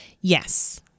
Yes